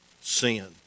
sin